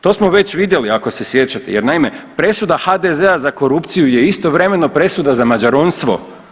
To smo već vidjeli ako se sjećate jer naime, presuda HDZ-a za korupciju je istovremeno presuda za mađaronstvo.